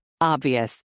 Obvious